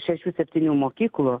šešių septynių mokyklų